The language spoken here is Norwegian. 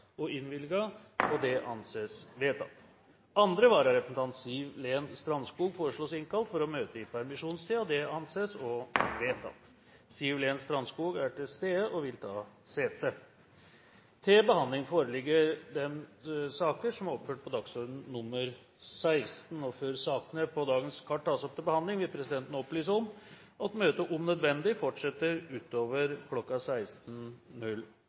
og innvilget. – Det anses vedtatt. Andre vararepresentant, Siv-Len Strandskog, foreslås innkalt for å møte i permisjonstiden. – Det anses vedtatt. Siv-Len Strandskog er til stede og vil ta sete. Før sakene på dagens kart tas opp til behandling, vil presidenten opplyse om at møtet om nødvendig fortsetter utover kl. 16.